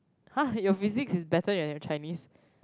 !huh! your physics is better than your Chinese